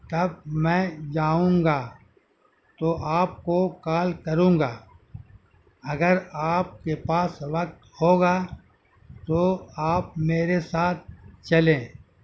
تب میں جاؤں گا تو آپ کو کال کروں گا اگر آپ کے پاس وقت ہوگا تو آپ میرے ساتھ چلیں